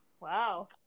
wow